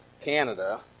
Canada